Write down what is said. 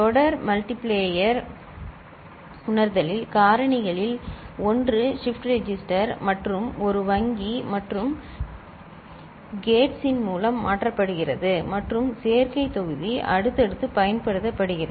தொடர் மல்டிபிளேயர் உணர்தலில் காரணிகளில் ஒன்று ஷிப்ட் ரெஜிஸ்டர் மற்றும் ஒரு வங்கி மற்றும் கேட்ஸின் மூலம் மாற்றப்படுகிறது மற்றும் சேர்க்கை தொகுதி அடுத்தடுத்து பயன்படுத்தப்படுகிறது